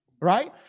right